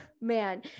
man